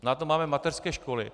Na to máme mateřské školy.